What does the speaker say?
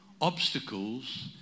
obstacles